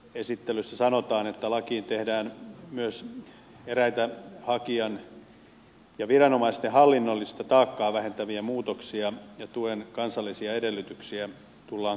esittelyssä sanotaan että lakiin tehdään myös eräitä hakijan ja viranomaisten hallinnollista taakkaa vähentäviä muutoksia ja tuen kansallisia edellytyksiä tullaan karsimaan